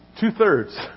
Two-thirds